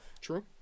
True